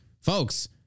Folks